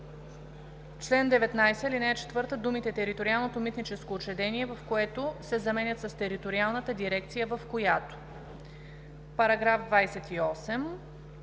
чл. 19, ал. 4 думите „Териториалното митническо учреждение, в което“ се заменят с „Териториалната дирекция, в която“.“ Предложение